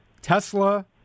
Tesla